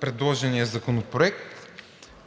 предложения законопроект.